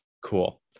Cool